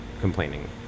complaining